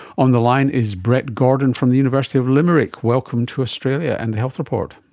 on the line is brett gordon from the university of limerick. welcome to australia and the health report.